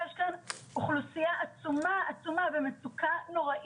נמצא פה, לכולם, ובסוף אנחנו צריכים